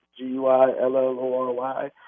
G-U-I-L-L-O-R-Y